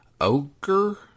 ogre